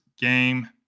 game –